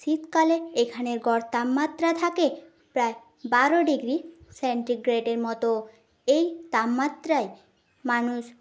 শীতকালে এখানের গড় তাপমাত্রা থাকে প্রায় বারো ডিগ্রি সেন্টিগ্রেটের মতো এই তাপমাত্রায় মানুষ